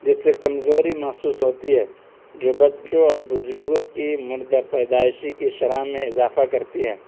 جس سے کمزوری محسوس ہوتی ہے جو بچّوں اور بزرگوں کی مردہ پیدائشی کی شرح میں اضافہ کرتی ہے